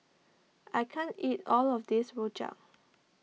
I can't eat all of this Rojak